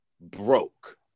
broke